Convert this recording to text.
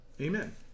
Amen